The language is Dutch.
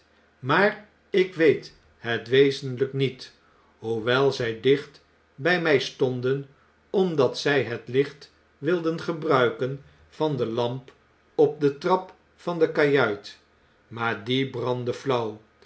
maar ik weet het wezenlgk niet hoewel zg dicht bg mg stonden omdat zg het licht wilden gebruiken van de lamp op de trap van de kajuit maar die brandde flauw